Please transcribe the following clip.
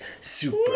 super